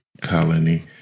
colony